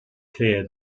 clear